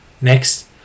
Next